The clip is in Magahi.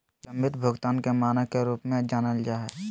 बिलम्बित भुगतान के मानक के रूप में जानल जा हइ